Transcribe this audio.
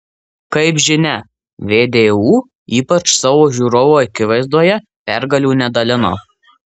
kaip žinia vdu ypač savo žiūrovų akivaizdoje pergalių nedalina